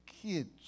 kids